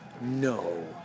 No